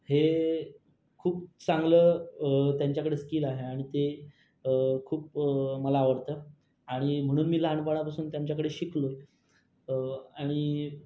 हे खूप चांगलं त्यांच्याकडे स्किल आहे आणि ते खूप मला आवडतं आणि म्हणून मी लहानपणापासून त्यांच्याकडे शिकलो आणि